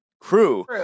crew